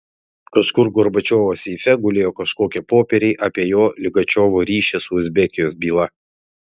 kažkur gorbačiovo seife gulėjo kažkokie popieriai apie jo ligačiovo ryšį su uzbekijos byla